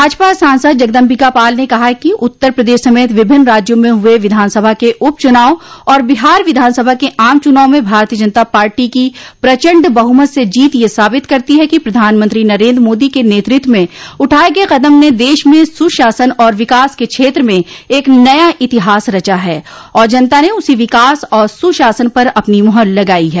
भाजपा सांसद जगदम्बिका पाल ने कहा है कि उत्तर प्रदेश समेत विभिन्न राज्यों में हुए विधानसभा के उप चुनाव और बिहार विधानसभा के आम चुनाव में भारतीय जनता पार्टी की प्रचंड बहुमत से जीत यह साबित करती है कि प्रधानमंत्री नरेन्द्र मोदी के नेतृत्व में उठाये गये कदम ने देश में सुशासन और विकास के क्षेत्र में एक नया इतिहास रचा है और जनता ने उसी विकास और सुशासन पर अपनी मोहर लगाई है